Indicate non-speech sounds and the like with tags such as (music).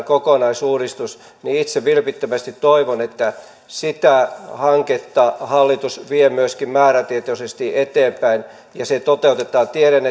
(unintelligible) kokonaisuudistus niin itse vilpittömästi toivon että sitä hanketta hallitus vie myöskin määrätietoisesti eteenpäin ja se toteutetaan tiedän (unintelligible)